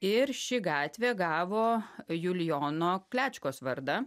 ir ši gatvė gavo julijono klečkos vardą